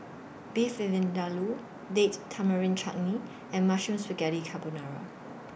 Beef Vindaloo Date Tamarind Chutney and Mushroom Spaghetti Carbonara